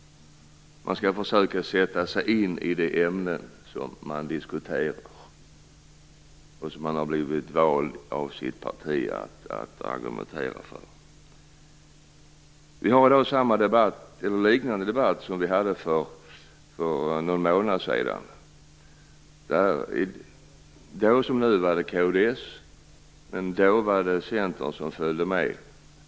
Man skall försöka sätta sig i det ämne som man diskuterar och som man har blivit vald av sitt parti att argumentera för. Vi hade en liknande debatt för någon månad sedan. Då som nu var det kd, och Centern följde med.